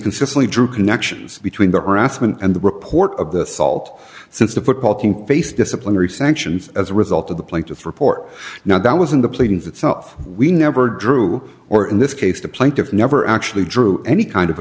consistently drew connections between the earthman and the report of the salt since the football team face disciplinary sanctions as a result of the plaintiff's report now that was in the pleadings itself we never drew or in this case the plaintiffs never actually drew any kind of a